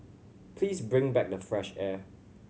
please bring back the fresh air